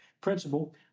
principle